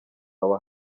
wawe